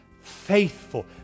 faithful